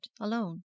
alone